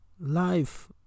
life